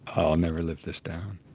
i'll never live this down.